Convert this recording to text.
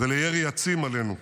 ולירי עצים עלינו.